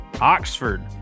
Oxford